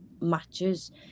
matches